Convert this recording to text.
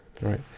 right